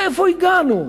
לאן הגענו?